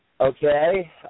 Okay